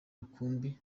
rukumbi